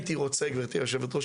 גברתי יושבת הראש,